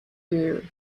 you